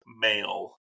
male